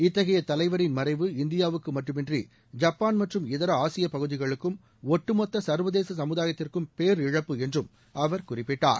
இத்தகைய தலைவரின் மறைவு இந்தியாவுக்கு மட்டுமின்றி ஜப்பான் மற்றும் இதர ஆசிய பகுதிகளுக்கும் ஒட்டுமொத்த சர்வதேச சமுதாயத்திற்கும் பேரிழப்பு என்றும் அவர் குறிப்பிட்டார்